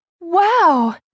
Wow